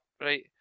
right